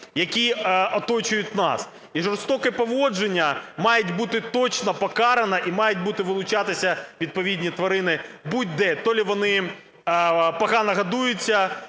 які оточують нас. І жорстоке поводження має бути точне покарано і мають вилучатися відповідні тварини будь-де, то лі вони погано годуються,